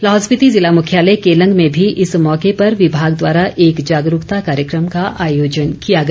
लाहौल स्पीति ज़िला मुख्यालय केलंग में भी इस मौके पर विभाग द्वारा एक जागरूकता कार्यक्रम का आयोजन किया गया